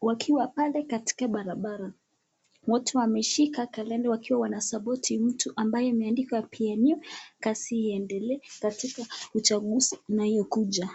wakiwa pale katika barabara. Wote wanashika kalenda wakiwa wanasapoti mtu ambaye imeandikwa PNU kazi iendelee katika uchaguzi inayokuja.